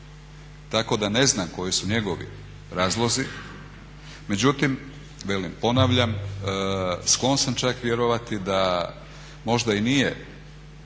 tako da ne znam koji su njegovi razlozi. Međutim velim, ponavljam, sklon sam čak vjerovati da možda i nije